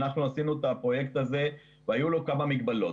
אנחנו עשינו את הפרויקט הזה והיו לו כמה מגבלות.